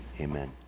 Amen